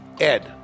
Ed